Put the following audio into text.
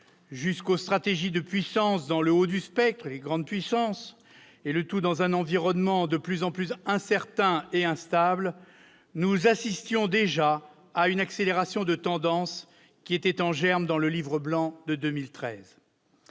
jusqu'aux stratégies de puissance dans le haut du spectre- les grandes puissances -, dans un environnement de plus en plus incertain et instable, nous assistions à une accélération de tendances déjà en germe dans le Livre blanc de 2013.